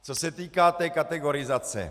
Co se týká té kategorizace.